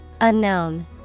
Unknown